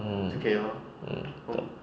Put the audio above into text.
mm mm okay